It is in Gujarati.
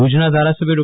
ભુજના ધારા સભ્ય ડો